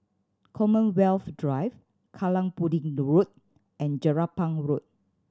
Commonwealth Drive Kallang Pudding Road and Jelapang Road